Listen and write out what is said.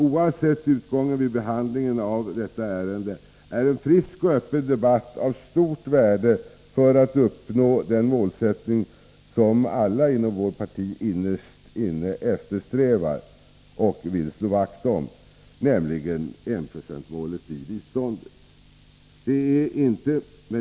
Oavsett utgången vid behandlingen av detta ärende är en frisk och öppen debatt av stort värde för att uppnå den målsättning som alla inom vårt parti innerst inne eftersträvar och vill slå vakt om, nämligen enprocentsmålet för biståndet.